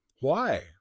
Why